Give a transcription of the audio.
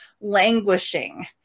languishing